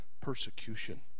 persecution